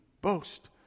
boast